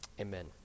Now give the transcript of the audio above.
Amen